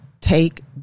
take